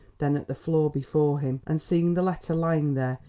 then at the floor before him, and, seeing the letter lying there,